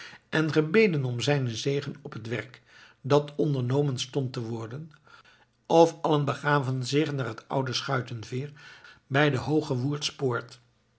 en gebeden om zijnen zegen op het werk dat ondernomen stond te worden of allen begaven zich naar het oude schuitenveer bij de